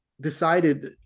decided